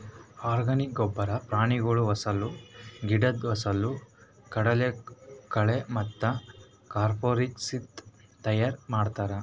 organic ಗೊಬ್ಬರ ಪ್ರಾಣಿಗಳ ಹೊಲಸು, ಗಿಡುದ್ ಹೊಲಸು, ಕಡಲಕಳೆ ಮತ್ತ ಕಾಂಪೋಸ್ಟ್ಲಿಂತ್ ತೈಯಾರ್ ಮಾಡ್ತರ್